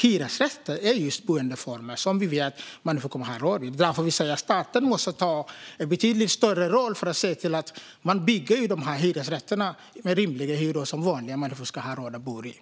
Hyresrätten är just en boendeform som vi vet att människor kommer att ha råd med, och det är därför vi säger att staten måste ta en betydligt större roll i att se till att det byggs hyresrätter med rimliga hyror som vanliga människor har råd med.